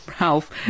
Ralph